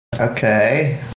Okay